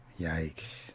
Yikes